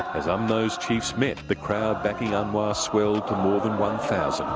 as umno's chiefs met, the crowd backing anwar swelled to more than one thousand.